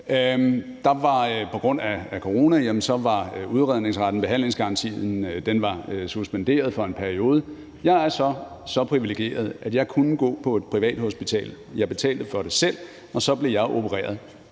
på grund af corona var udredningsretten og behandlingsgarantien suspenderet for en periode, men jeg er så så privilegeret, at jeg kunne gå på et privathospital. Jeg betalte for det selv, og så blev jeg opereret.